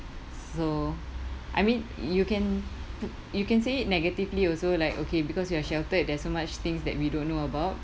so I mean you can you can say it negatively also like okay because we are sheltered there's so much things that we don't know about